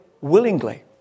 willingly